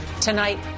Tonight